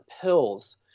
pills